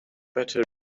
better